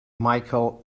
michael